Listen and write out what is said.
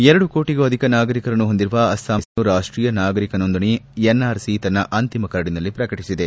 ಎರಡು ಕೋಟಿಗೂ ಅಧಿಕ ನಾಗರಿಕರನ್ನು ಹೊಂದಿರುವ ಅಸ್ತಾಂನ ಜನರ ಹೆಸರನ್ನು ರಾಷ್ಷೀಯ ನಾಗರಿಕ ನೊಂದಣಿ ಎನ್ಆರ್ಸಿ ತನ್ನ ಅಂತಿಮ ಕರಡಿನಲ್ಲಿ ಪ್ರಕಟಿಸಿದೆ